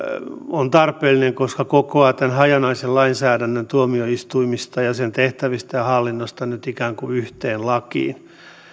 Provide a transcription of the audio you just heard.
tarpeellinen koska se kokoaa tämän hajanaisen lainsäädännön tuomioistuimista ja sen tehtävistä ja hallinnosta nyt ikään kuin yhteen lakiin